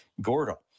Gordo